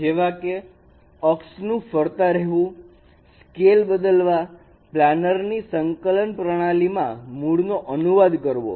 જેવા કે અક્ષ નું ફરતા રહેવું સ્કેલ બદલવા પ્લાનર ની સંકલન પ્રણાલીમાં મૂળ નો અનુવાદ કરવો